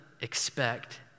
expect